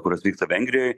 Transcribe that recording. kurios vyksta vengrijoj